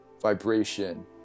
vibration